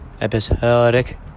episodic